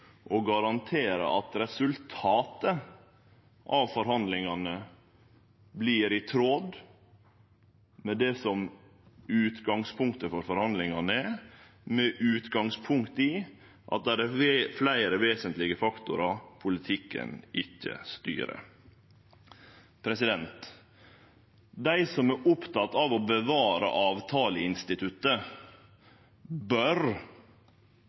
at resultatet av forhandlingane vert i tråd med det som er utgangspunktet for forhandlingane, med utgangspunkt i at det er fleire vesentlege faktorar politikken ikkje styrer. Dei som er opptekne av å bevare